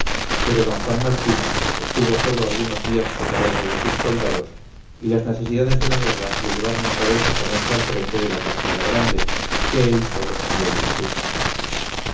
pero d juan martín estuvo sólo algunos días separado de sus soldados y las necesidades de la guerra le llevaron otra vez a ponerse al frente de la partida grande que él sólo sabía dirigir